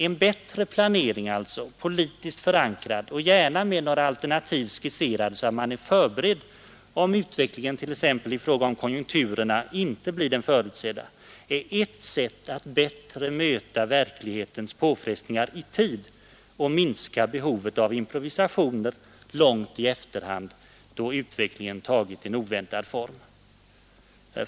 En bättre planering, politiskt förankrad och gärna med några alternativ skisserade så att man är förberedd om utvecklingen t.ex. i fråga om konjunkturerna inte blir den förutsedda, är ett sätt att bättre möta verklighetens påfrestningar i tid och minska behovet av improvisationer långt i efterhand då utvecklingen tagit en oväntad form.